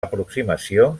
aproximació